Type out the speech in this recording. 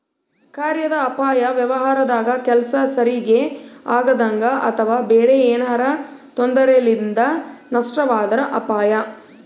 ಕಾರ್ಯಾದ ಅಪಾಯ ವ್ಯವಹಾರದಾಗ ಕೆಲ್ಸ ಸರಿಗಿ ಆಗದಂಗ ಅಥವಾ ಬೇರೆ ಏನಾರಾ ತೊಂದರೆಲಿಂದ ನಷ್ಟವಾದ್ರ ಅಪಾಯ